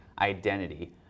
identity